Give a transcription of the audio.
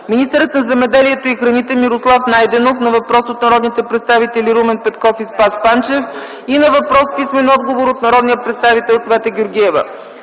министърът на земеделието и храните Мирослав Найденов на въпрос от народните представители Румен Петков и Спас Панчев и на въпрос с писмен отговор от народния представител Цвета Георгиева;